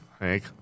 Hank